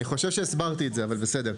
אני חשוב שהסברתי את זה, אבל בסדר.